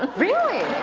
but really!